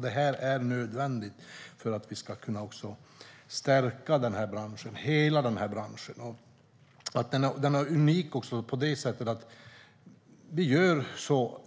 Det här är nödvändigt för att vi ska kunna stärka hela branschen. Unikt är också att vi i